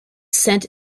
sent